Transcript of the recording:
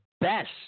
best –